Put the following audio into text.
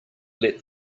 let